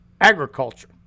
agriculture